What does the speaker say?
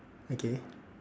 okay